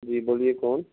جی بولیے کون